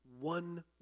one